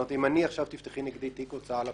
זאת אומרת, אם תפתחי נגדי תיק הוצאה לפועל,